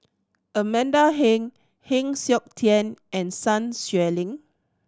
Amanda Heng Heng Siok Tian and Sun Xueling